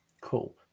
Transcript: Cool